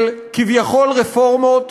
של כביכול-רפורמות,